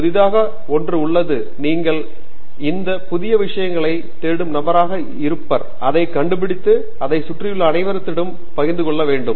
புதிதாக ஒன்று உள்ளது நீங்கள் இந்த புதிய விஷயங்களை தேடும் நபராக இருப்பார் அதை கண்டுபிடித்து அதைச் சுற்றியுள்ள அனைவருடனும் பகிர்ந்துகொள்கிறார்